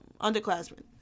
underclassmen